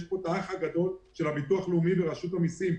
יש פה את האח הגדול של הביטוח הלאומי ורשות המיסים,